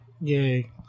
Yay